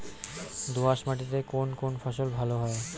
দোঁয়াশ মাটিতে কোন কোন ফসল ভালো হয়?